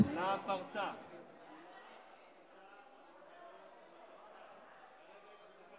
(הישיבה נפסקה בשעה 18:04 ונתחדשה בשעה